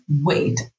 wait